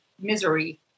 misery